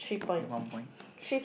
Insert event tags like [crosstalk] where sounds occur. add one point [breath]